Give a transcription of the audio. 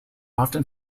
often